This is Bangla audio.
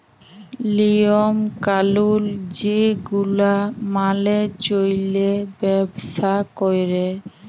লিওম কালুল যে গুলা মালে চল্যে ব্যবসা ক্যরে